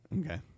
Okay